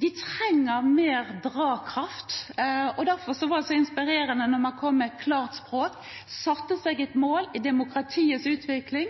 de trenger mer dragkraft, og derfor var det så inspirerende når man kom med et prosjekt om klarspråk, satte seg et mål i demokratiets utvikling.